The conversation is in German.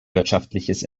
wirtschaftliches